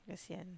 kesian